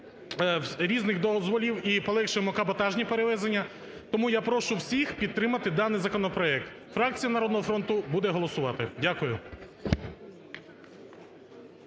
різних дозволів і полегшуємо каботажні перевезення. Тому я прошу всіх підтримати даний законопроект. Фракція "Народного фронту" буде голосувати. Дякую.